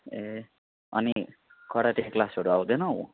ए अनि कराटे क्लासहरू आउँदैनौ